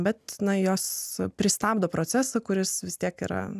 bet jos pristabdo procesą kuris vis tiek yra